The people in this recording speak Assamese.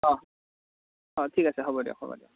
অ' অ' ঠিক আছে হ'ব দিয়ক হ'ব দিয়ক